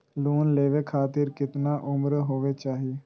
Loan लेवे खातिर केतना उम्र होवे चाही?